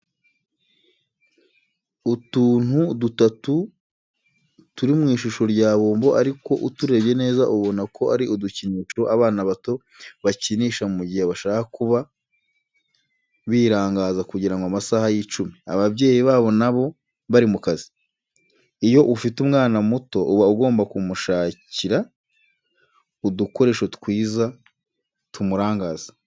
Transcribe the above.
Utuntu dutatu turi mu ishusho ya bombo ariko uturebye neza ubona ko ari udukinisho abana bato bakinisha mu gihe bashaka kuba birangaza kugira amasaha yicume, ababyeyi babo nabo bari mu kazi. Iyo ufite umwana muto uba ugomba kumushakira udukoresho twiza tumurangaza.